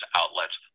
outlets